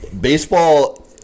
Baseball